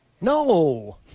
No